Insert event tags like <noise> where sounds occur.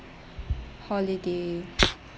holiday <noise>